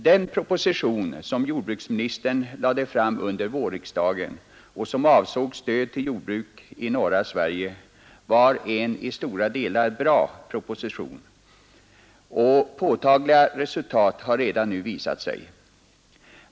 Den proposition som jordbruksministern lade fram under vårriksdagen och som avsåg stöd till jordbruk i norra Sverige var en i stora delar bra proposition, och påtagliga resultat har redan nu visat sig.